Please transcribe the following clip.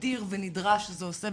אדיר ונדרש זה עושה,